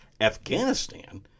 Afghanistan –